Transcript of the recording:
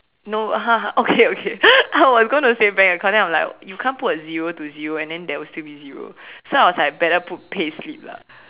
no okay okay I was going to say bank account then I was like you can't put a zero to zero and then there will still be zero so I was like better put payslip lah